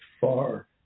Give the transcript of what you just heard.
far